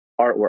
artwork